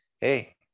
Hey